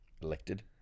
elected